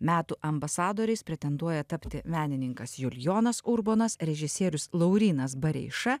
metų ambasadoriais pretenduoja tapti menininkas julijonas urbonas režisierius laurynas bareiša